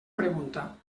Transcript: pregunta